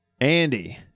Andy